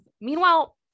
Meanwhile